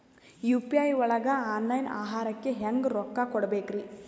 UPI ಒಳಗ online ಆಹಾರಕ್ಕೆ ಹೆಂಗ್ ರೊಕ್ಕ ಕೊಡಬೇಕ್ರಿ?